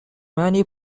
many